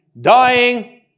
dying